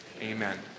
Amen